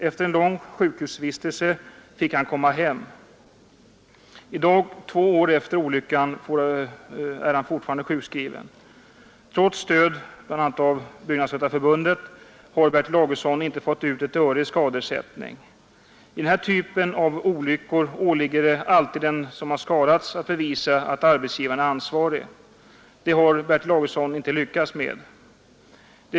Efter en lång sjukhusvistelse fick han komma hem. I dag — två år efter olyckan går han fortfarande sjukskriven. Trots stöd bl.a. av Byggnadsarbetarförbundet har Bertil Augustsson inte fått ut ett öre i skadeersättning. I den här typen av olyckor åligger det alltid den som har skadats att bevisa att arbetsgivaren är ansvarig. Det har Bertil Augustsson inte lyckats med — ännu.